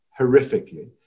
horrifically